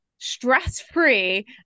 stress-free